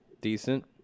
Decent